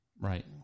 Right